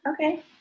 okay